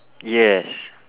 yes